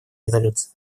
резолюции